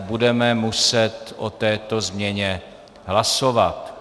Budeme muset o této změně hlasovat.